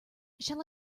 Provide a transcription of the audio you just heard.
shall